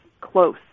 close